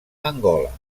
angola